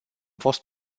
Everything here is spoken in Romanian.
fost